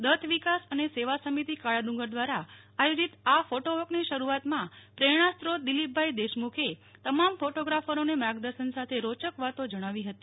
દત્ત વિકાસ અને સેવા સમિતિ કાળાડુંગર દ્વારા આયોજિત આ ફોટોવોકની શરૂઆતમાં પ્રેરણાસ્ત્રોત દિલીપભાઈ દેશમુખએ તમામ ફોટોગ્રાફરોને માર્ગદર્શન સાથે રોયક વાતો જણાવી હતી